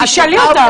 תשאלי אותם.